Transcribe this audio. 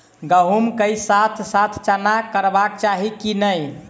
गहुम केँ साथ साथ चना करबाक चाहि की नै?